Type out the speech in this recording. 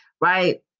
right